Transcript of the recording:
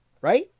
Right